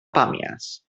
pàmies